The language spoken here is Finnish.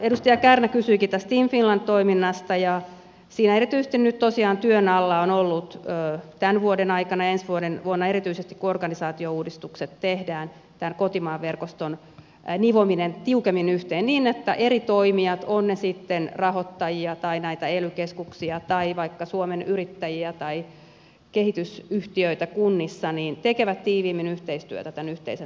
edustaja kärnä kysyikin tästä team finland toiminnasta ja siinä erityisesti nyt tosiaan työn alla on ollut tämän vuoden aikana ja ensi vuonna erityisesti kun organisaatiouudistukset tehdään tämän kotimaan verkoston nivominen tiukemmin yhteen niin että eri toimijat ovat ne sitten rahoittajia tai näitä ely keskuksia tai vaikka suomen yrittäjiä tai kehitysyhtiöitä kunnissa tekevät tiiviimmin yhteistyötä tämän yhteisen tavoitteen eteen